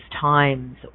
times